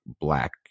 black